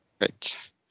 Right